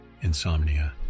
insomnia